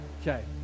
Okay